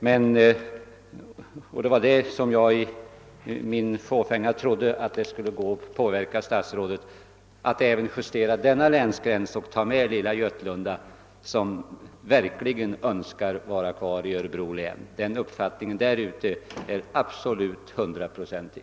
Men jag var förmäten nog att tro att det skulle gå att påverka herr statsrådet till att även justera denna länsgräns och ta med Götlunda. Uppfattningen att Götlunda bör vara kvar i Örebro län är där ute nästan hundraprocentig.